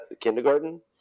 kindergarten